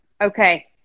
Okay